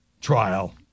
trial